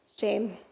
shame